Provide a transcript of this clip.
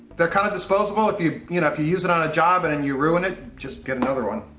they're kind of disposable. if you, you know, if you use it on a job and you ruin it, just get another one.